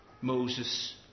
Moses